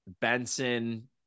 Benson